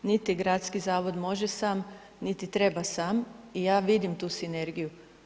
Niti gradski zavod može sam, niti treba sam i ja vidim tu sinergiju.